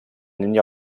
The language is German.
ninja